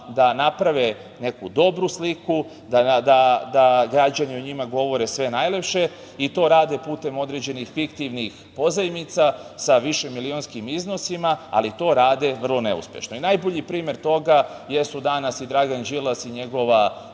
da naprave neku dobru sliku, da građani o njima govore sve najlepše i to rade putem određenih fiktivnih pozajmica sa višemilionskim iznosima, ali to rade vrlo neuspešno.I najbolji primer toga jesu danas i Dragan Đilas i njegova